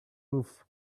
roof